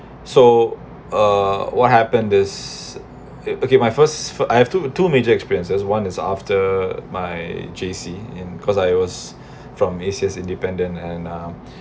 so uh what happened is okay my first I have two two major experiences one is after my J_C in cause I was from A_C_S independent and um